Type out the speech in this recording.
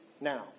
now